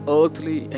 earthly